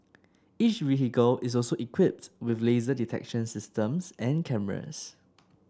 each vehicle is also equipped with laser detection systems and cameras